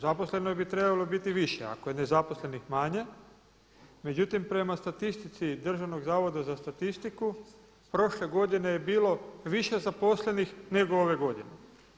Zaposleno bi trebalo biti više ako je nezaposlenih manje, međutim prema statistici Državnog zavoda za statistiku prošle godine je bilo više zaposlenih nego ove godine.